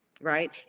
Right